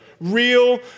Real